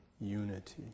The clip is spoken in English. unity